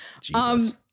Jesus